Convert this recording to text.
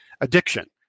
addiction